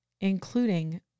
including